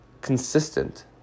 consistent